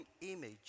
image